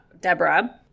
Deborah